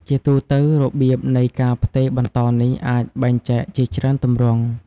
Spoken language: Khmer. ជាទូទៅ របៀបនៃការផ្ទេរបន្តនេះអាចបែងចែកជាច្រើនទម្រង់។